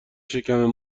شکم